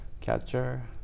Catcher